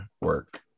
work